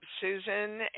Susan